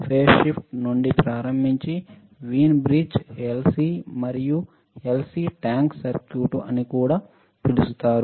face shift నుండి ప్రారంభించి Wien bridge LC మరియు ఎల్సిని ట్యాంక్ సర్క్యూట్ అని కూడా పిలుస్తారు